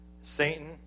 Satan